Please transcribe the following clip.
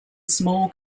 small